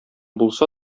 булса